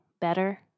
better